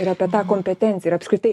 ir apie tą kompetenciją ir apskritai